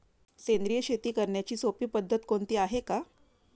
सेंद्रिय शेती करण्याची सोपी पद्धत कोणती आहे का?